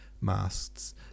masts